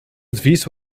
advies